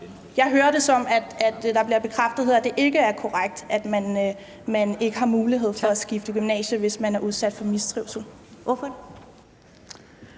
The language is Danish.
jeg hører det sådan, at der bliver bekræftet, at det ikke er korrekt, at man ikke har mulighed for at skifte gymnasie, hvis man er udsat for mistrivsel.